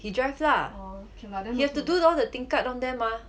he drive lah he have to do all the tingkat down there mah